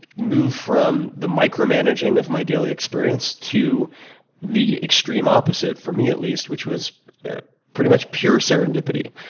move from the micromanaging of my daily experience, to the extreme opposite for me, at least, which was pretty much pure serendipity,